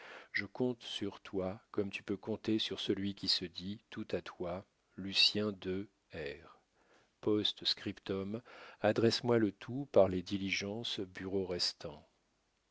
je compte sur toi comme tu peux compter sur celui qui se dit tout à toi lucien de r p s adresse moi le tout par les diligences bureau